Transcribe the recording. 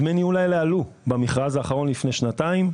דמי הניהול האלה היו במכרז האחרון לפני שנתיים,